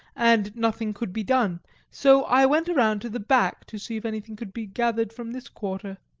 and nothing could be done so i went round to the back to see if anything could be gathered from this quarter.